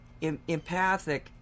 empathic